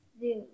zoo